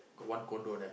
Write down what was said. got one condo there